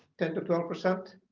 ten to twelve percent.